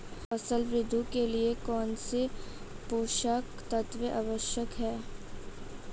फसल वृद्धि के लिए कौनसे पोषक तत्व आवश्यक हैं?